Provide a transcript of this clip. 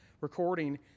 recording